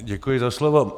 Děkuji za slovo.